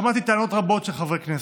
שמעתי טענות רבות של חברי כנסת.